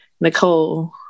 Nicole